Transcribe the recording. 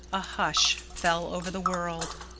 a hush fell over the world.